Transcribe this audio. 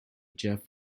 geoff